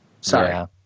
Sorry